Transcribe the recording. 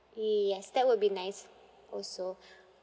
yes that would be nice also